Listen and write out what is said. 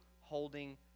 holding